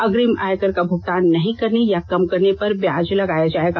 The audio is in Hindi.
अग्रिम कर का भुगतान नहीं करने या कम करने पर ब्याज लगाया जाएगा